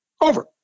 over